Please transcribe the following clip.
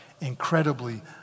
incredibly